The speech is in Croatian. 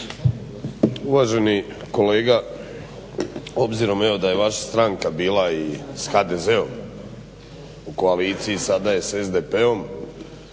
Uvaženi kolega, obzirom evo da je vaša stranka bila i s HDZ-om u koaliciji, sada je s SDP-om